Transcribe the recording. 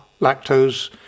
lactose